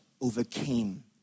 overcame